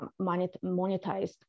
monetized